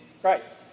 Christ